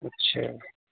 اچھا